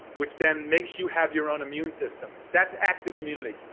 which then makes you have your own immune system. that's active immunity.